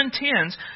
intends